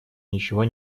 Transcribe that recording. ничего